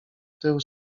tył